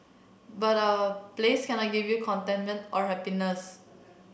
but a place cannot give you contentment or happiness